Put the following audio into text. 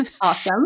Awesome